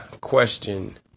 question